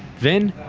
then,